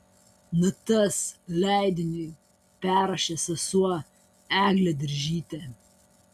natas leidiniui perrašė sesuo eglė diržytė